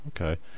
Okay